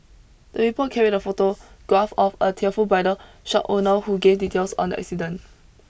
the report carried a photograph of the tearful bridal shop owner who gave details on the accident